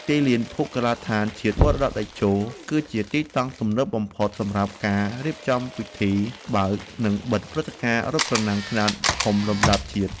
ទីលានពហុកីឡដ្ឋានជាតិមរតកតេជោ គឺជាទីតាំងទំនើបបំផុតសម្រាប់ការរៀបចំពិធីបើក និងបិទព្រឹត្តិការណ៍រត់ប្រណាំងខ្នាតធំលំដាប់ជាតិ។